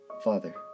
Father